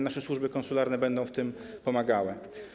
Nasze służby konsularne będą w tym pomagały.